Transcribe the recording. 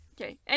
Okay